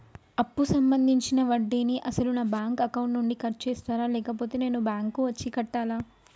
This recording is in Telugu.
అప్పు సంబంధించిన వడ్డీని అసలు నా బ్యాంక్ అకౌంట్ నుంచి కట్ చేస్తారా లేకపోతే నేను బ్యాంకు వచ్చి కట్టాలా?